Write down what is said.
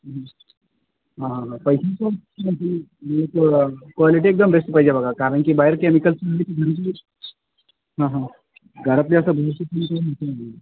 हां हां हां पैशाचं क्वालिटी एकदम बेस्ट पाहिजे बघा कारणकी बाहेर केमिकल्स हां हां घरातले असं